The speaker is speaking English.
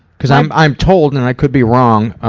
cause i'm i'm told, and i could be wrong,